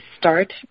start